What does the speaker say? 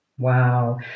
Wow